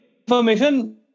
information